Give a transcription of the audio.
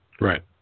Right